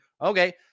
okay